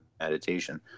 meditation